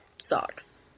socks